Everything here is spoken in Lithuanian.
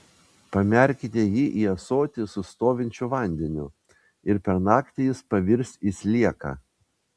pamerkite jį į ąsotį su stovinčiu vandeniu ir per naktį jis pavirs į slieką